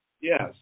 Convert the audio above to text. Yes